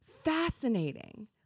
fascinating